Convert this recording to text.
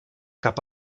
cap